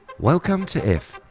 welcome to if.